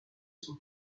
son